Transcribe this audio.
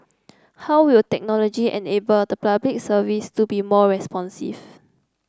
how will technology enable the Public Services to be more responsive